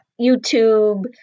YouTube